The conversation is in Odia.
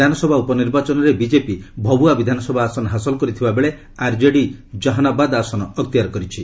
ବିଧାନସଭା ଉପନିର୍ବାଚନରେ ବିଜେପି ଭଭୁଆ ବିଧାନସଭା ଆସନ ହାସଲ କରିଥିବା ବେଳେ ଆର୍କେଡି ଜାହାନାବାଦ୍ ଆସନ ଅକ୍ତିଆର କରିଛି